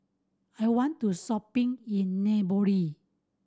I want to go shopping in